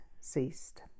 ceased